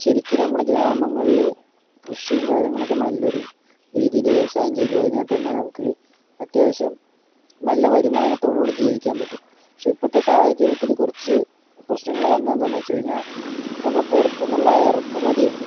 ശരിക്ക് നമ്മുടെ ഗ്രാമങ്ങളിൽ കൃഷിയും കാര്യങ്ങളുമൊക്കെ നല്ലൊരു രീതിയിൽ വ്യവസായം ചെയ്തു കഴിഞ്ഞാൽ തന്നെ നമുക്ക് അത്യാവശ്യം നല്ല വരുമാനത്തോടു കൂടി ജീവിക്കാൻ പറ്റും പക്ഷേ ഇപ്പോഴത്തെ സാഹചര്യത്തിൽ കുറച്ച് പ്രശ്നങ്ങൾ വന്നത് എന്താണെന്നു വച്ച് കഴിഞ്ഞാൽ നമ്മൾ പുറത്തുനിന്നുള്ള ഇറക്കുമതിയുണ്ട്